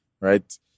right